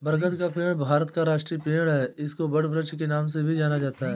बरगद का पेड़ भारत का राष्ट्रीय पेड़ है इसको वटवृक्ष के नाम से भी जाना जाता है